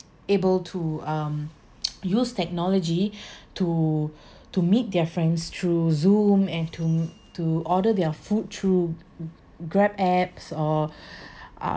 able to um use technology to to meet their friends through zoom and to to order their food through grab apps or uh